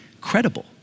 credible